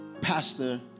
Pastor